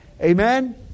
Amen